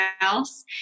else